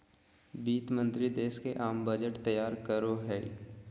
वित्त मंत्रि देश के आम बजट तैयार करो हइ